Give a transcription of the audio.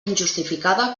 injustificada